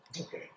Okay